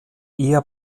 eher